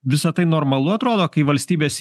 visa tai normalu atrodo kai valstybės